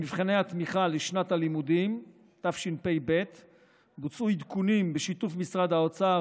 במבחני התמיכה לשנת הלימודים התשפ"ב בוצעו עדכונים בשיתוף משרד האוצר